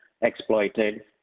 exploited